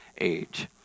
age